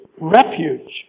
refuge